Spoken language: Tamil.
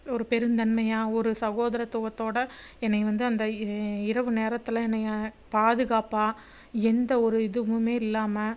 ஒரு பெருந்தன்மையாக ஒரு சகோதரத்துவத்தோடு என்னைய வந்து அந்த ஏ இரவு நேரத்தில் என்னைய பாதுகாப்பாக எந்த ஒரு இதுவுமே இல்லாமல்